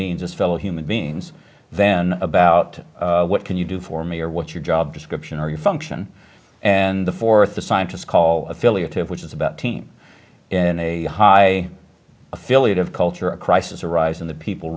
beings as fellow human beings then about what can you do for me or what's your job description or your function and the fourth the scientists call affiliated which is about team in a high affiliate of culture a crisis arise in the people